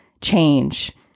change